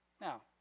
Now